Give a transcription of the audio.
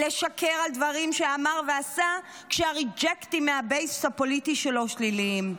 לשקר על דברים שאמר ועשה כשהריג'קטים מהבייס הפוליטי שלו שליליים.